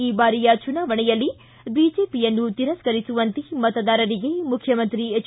ಈ ಬಾರಿಯ ಚುನಾವಣೆಯಲ್ಲಿ ಬಿಜೆಪಿಯನ್ನು ತಿರಸ್ತರಿಸುವಂತೆ ಮತದಾರರಿಗೆ ಮುಖ್ಡಮಂತ್ರಿ ಎಚ್